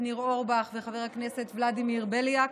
ניר אורבך וחבר הכנסת ולדימיר בליאק,